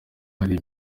hari